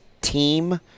team